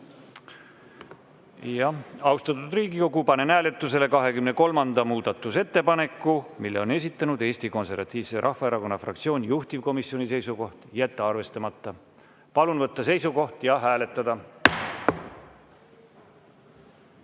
Austatud Riigikogu, panen hääletusele 23. muudatusettepaneku. Selle on esitanud Eesti Konservatiivse Rahvaerakonna fraktsioon. Juhtivkomisjoni seisukoht on jätta arvestamata. Palun võtta seisukoht ja hääletada!